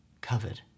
covered